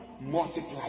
multiply